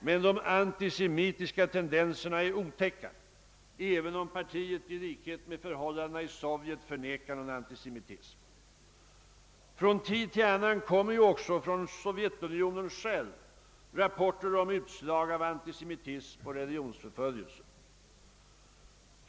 Men de antisemitiska tendenserna är otäcka även om partiet — i likhet med vad som är förhållandet i Sovjet — förnekar att det förekommer antisemitism. Från tid till annan kommer ju också från Sovjetunionen själv rapporter om utslag av antisemitism och religionsförföljelser.